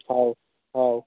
ହଉ ହଉ